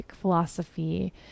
philosophy